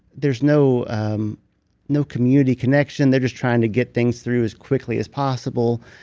there's no um no community connection. they're just trying to get things through as quickly as possible.